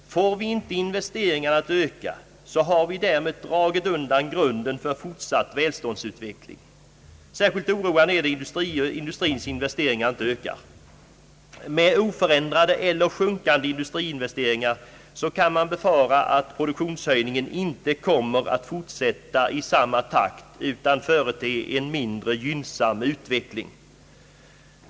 Får vi inte investeringarna att öka, så har vi därmed dragit undan grunden för fortsatt välståndsutveckling. Särskilt oroande är det att industrins investeringar inte ökar. Med oförändrade eller sjunkande industriinvesteringar kan man befara att produktionshöjningen inte kommer att fortsätta i samma takt utan förete en mindre gynnsam utveckling.